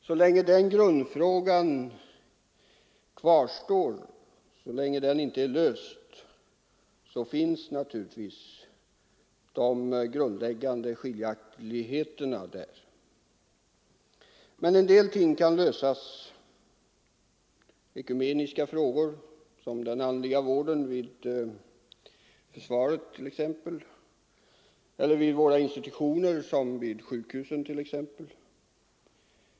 Så länge den grundfrågan kvarstår och inte är löst finns naturligtvis de grundläggande skiljaktigheterna där. Men en del ting kan lösas, exempelvis ekumeniska frågor såsom den andliga vården vid försvaret och vid olika institutioner, bl.a. sjukhusen.